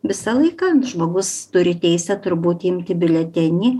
visą laiką žmogus turi teisę turbūt imti biuletenį